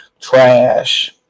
Trash